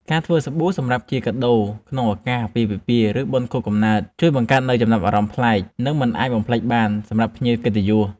ការធ្វើសាប៊ូសម្រាប់ជាកាដូក្នុងឱកាសអាពាហ៍ពិពាហ៍ ឬបុណ្យខួបកំណើត ជួយបង្កើតនូវចំណាប់អារម្មណ៍ប្លែក និងមិនអាចបំភ្លេចបានសម្រាប់ភ្ញៀវកិត្តិយស។